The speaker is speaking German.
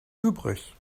übrig